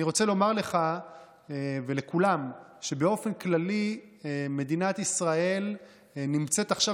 אני רוצה לומר לך ולכולם שבאופן כללי מדינת ישראל נמצאת עכשיו